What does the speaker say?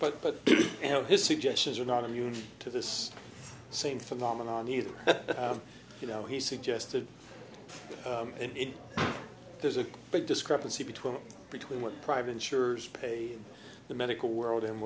but but you know his suggestions are not immune to this same phenomenon either you know he suggested and there's a big discrepancy between between what private insurers pay the medical world and